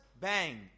bang